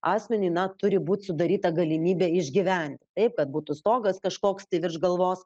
asmeniui na turi būt sudaryta galimybė išgyvent taip kad būtų stogas kažkoks tai virš galvos